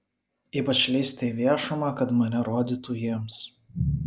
ypač lįsti į viešumą kad mane rodytų jiems